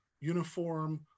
uniform